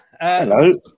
Hello